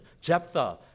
Jephthah